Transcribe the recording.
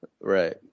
Right